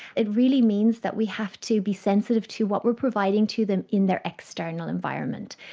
it really means that we have to be sensitive to what we are providing to them in their external environment.